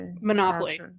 monopoly